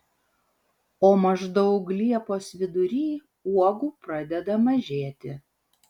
o maždaug liepos vidury uogų pradeda mažėti